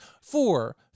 four